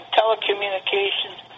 telecommunications